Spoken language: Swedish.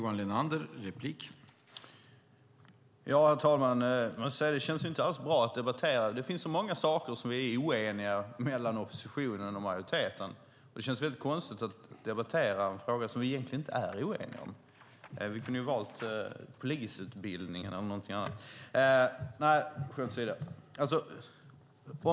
Herr talman! Det känns inte alls bra att debattera detta. Det finns så många saker som oppositionen och majoriteten är oeniga om. Det känns därför konstigt att debattera en fråga som vi egentligen inte är oeniga om. Vi kunde ha valt polisutbildningen eller någonting annat - men skämt åsido.